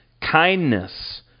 kindness